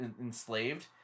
enslaved